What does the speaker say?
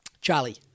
Charlie